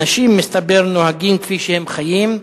אנשים, מסתבר, נוהגים כפי שהם חיים.